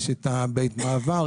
יש בית מעבר,